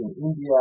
India